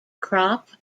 crop